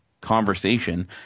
conversation